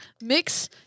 mix